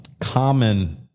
common